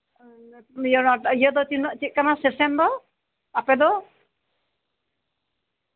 ᱤᱭᱟᱹ ᱫᱚ ᱤᱭᱟᱹ ᱫᱚ ᱪᱮᱫ ᱠᱟᱱᱟ ᱥᱮᱥᱚᱱ ᱫᱚ ᱟᱯᱮ ᱫᱚ